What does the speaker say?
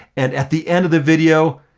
and at the end of the video,